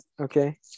Okay